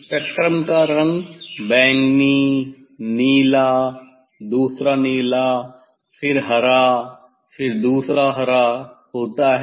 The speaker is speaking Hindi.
स्पेक्ट्रम का रंग बैंगनी नीला दूसरा नीला फिर हरा फिर दूसरा हरा होता है